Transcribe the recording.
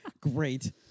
Great